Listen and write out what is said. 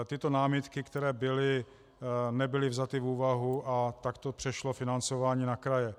Tyto námitky, které byly, nebyly vzaty v úvahu, a tak přešlo financování na kraje.